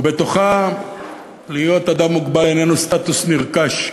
ובתוכה להיות אדם מוגבל איננו סטטוס נרכש.